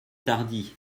tardy